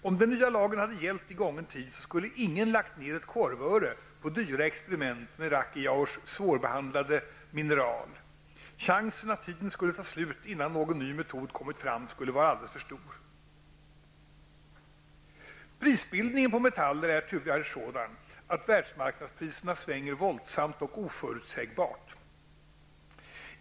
Om den nya lagen hade gällt i gången tid skulle ingen lagt ned ett korvöre på dyra experiment med Rakkijaurs svårbehandlade mineral. Chansen att tiden skulle ta slut innan någon ny metod kommit fram skulle vara alltför stor. Prisbildningen på metaller är tyvärr sådan att världsmarknadspriserna svänger våldsamt och oförutsägbart.